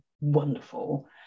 wonderful